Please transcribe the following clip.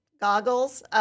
goggles